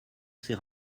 ses